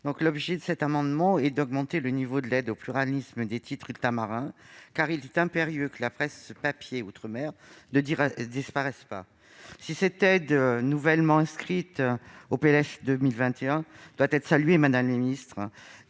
Malet. Cet amendement vise à augmenter le niveau de l'aide au pluralisme des titres ultramarins, car il est impérieux que la presse papier outre-mer ne disparaisse pas. Si cette aide, nouvellement inscrite au projet de loi de finances pour 2021, doit être saluée, madame la ministre,